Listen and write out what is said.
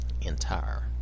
entire